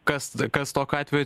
kas tada kas tokiu atveju